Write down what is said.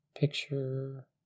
Picture